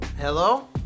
Hello